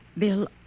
Bill